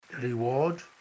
Reward